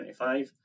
25